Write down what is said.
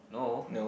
no